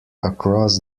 across